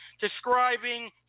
describing